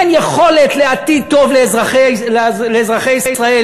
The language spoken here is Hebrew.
אין יכולת לעתיד טוב לאזרחי ישראל.